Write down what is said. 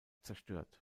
zerstört